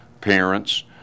parents